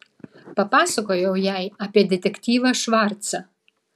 papasakojau jai apie detektyvą švarcą